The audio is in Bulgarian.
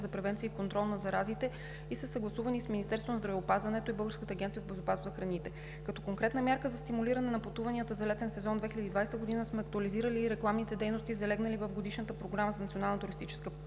за превенция и контрол на заразите, съгласувани са с Министерството на здравеопазването и с Българската агенция по безопасност на храните. Като конкретна мярка за стимулиране на пътуванията за летен сезон 2020 г. сме актуализирали и рекламните дейности, залегнали в Годишната програма за